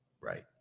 Right